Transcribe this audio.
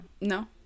no